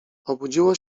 obudziło